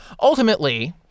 ultimately